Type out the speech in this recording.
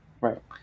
Right